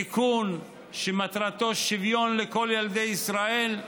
תיקון שמטרתו שוויון לכל ילדי ישראל,